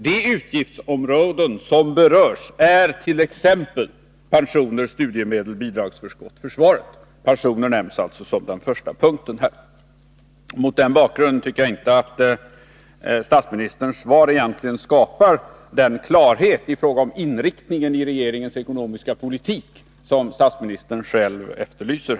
De utgiftsområden som berörs är t.ex. pensioner, studiemedel, bidragsförskott och försvaret. Pensionen nämns alltså som den första punkten. Mot den bakgrunden tycker jag inte att statsministern skapar den klarhet i fråga om inriktningen av regeringens ekonomiska politik som statsministern själv efterlyser.